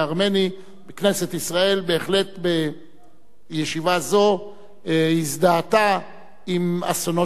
כנסת ישראל בהחלט בישיבה זו הזדהתה עם אסונו של העם הארמני.